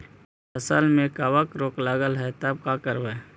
फसल में कबक रोग लगल है तब का करबै